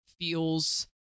feels